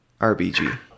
rbg